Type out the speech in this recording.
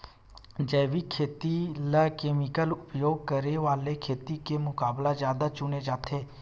जैविक खेती ला केमिकल उपयोग करे वाले खेती के मुकाबला ज्यादा चुने जाते